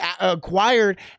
acquired